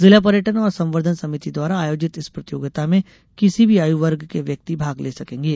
जिला पर्यटन और संवर्धन समिति द्वारा आयोजित इस प्रतियोगिता में किसी भी आयु वर्ग के व्यक्ति भाग ले सकेंगे